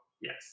yes